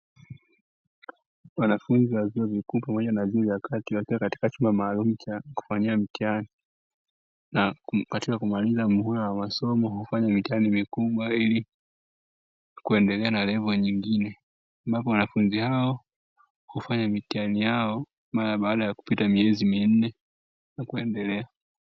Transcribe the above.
Wanafunzi wa vyuo vikuu pamoja na vyuo vya kati wakiwa katika chumba maalumu cha kufanyia mtihani, na katika kumaliza muhula wa masomo ufanya mitihani mikubwa ilikuendelea na levo nyingine ambapo wanafunzi hawa ufanya mitihani yao mara baada ya kupita miezi minne na kuendelea.